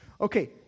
Okay